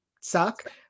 suck